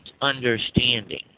understanding